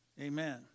amen